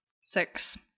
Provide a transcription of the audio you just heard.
Six